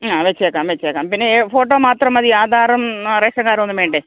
ആ വച്ചേക്കാം വച്ചേക്കാം പിന്നെ ഏ ഫോട്ടോ മാത്രം മതിയോ ആധാറും റേഷന് കാര്ഡൊന്നും വേണ്ടേ